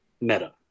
Meta